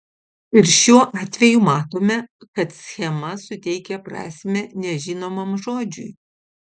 ir šiuo atveju matome kad schema suteikia prasmę nežinomam žodžiui